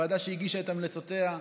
ועדה שהגישה את המלצותיה,